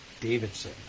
Davidson